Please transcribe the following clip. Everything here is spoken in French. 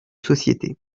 sociétés